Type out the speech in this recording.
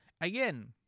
Again